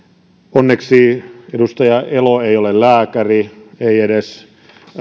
onneksi edustaja elo ei ole lääkäri ei edes